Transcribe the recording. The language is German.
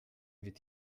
wird